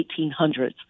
1800s